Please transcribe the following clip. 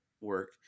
work